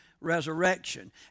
resurrection